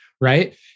Right